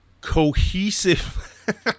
cohesive